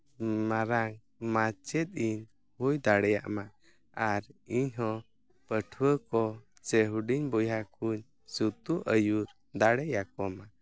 ᱢᱟᱨᱟᱝ ᱢᱟᱪᱮᱫ ᱤᱧ ᱦᱩᱭ ᱫᱟᱲᱮᱭᱟᱜᱢᱟ ᱟᱨ ᱤᱧ ᱦᱚᱸ ᱯᱟᱹᱴᱷᱩᱣᱟᱹ ᱠᱚ ᱥᱮ ᱦᱩᱰᱤᱧ ᱵᱚᱭᱦᱟ ᱠᱚᱧ ᱥᱩᱛᱩᱜ ᱟᱹᱭᱩᱨ ᱫᱟᱲᱮ ᱟᱠᱚᱢᱟ